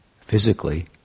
physically